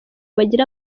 bagira